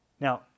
Now